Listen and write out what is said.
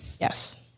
yes